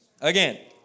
Again